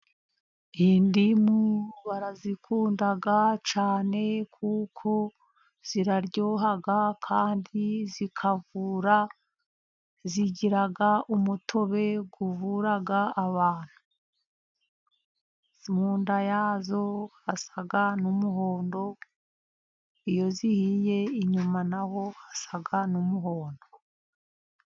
Indimu barazikunda cyane kuko ziraryoha kandi zikavura. Zigira umutobe uvura abantu. Mu nda yazo hasa n'umuhondo, iyo zihiye inyuma na ho hasa n'umuhondo.